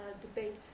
debate